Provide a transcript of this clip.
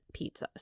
pizzas